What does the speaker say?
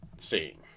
seeing